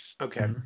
Okay